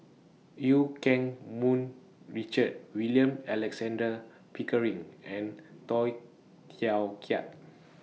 EU Keng Mun Richard William Alexander Pickering and Tay Teow Kiat